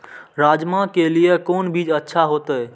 राजमा के लिए कोन बीज अच्छा होते?